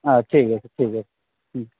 হ্যাঁ ঠিক আছে ঠিক আছে হুম